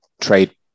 trade